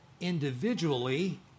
individually